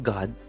God